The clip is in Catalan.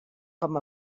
com